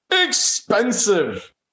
expensive